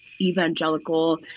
evangelical